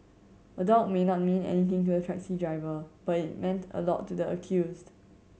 a dog may not mean anything to the taxi driver but it meant a lot to the accused